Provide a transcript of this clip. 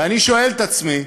אני שואל את עצמי,